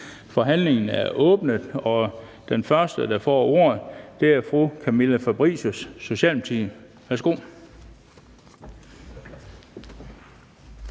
Forhandlingen er åbnet, og den første ordfører er hr. Bjørn Brandenborg, Socialdemokratiet.